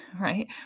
Right